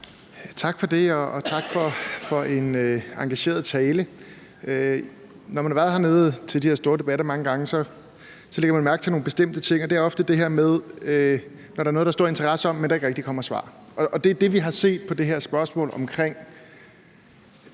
Tak for det, og tak for en engageret tale. Når man har været hernede til de her store debatter mange gange, lægger man mærke til nogle bestemte ting, og det er ofte det her med, at der ikke rigtig kommer svar, når der er noget, der er stor interesse om. Og det er det, vi har set på det her spørgsmål om